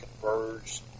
converged